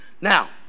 Now